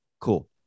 Cool